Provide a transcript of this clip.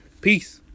Peace